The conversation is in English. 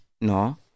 no